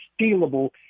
stealable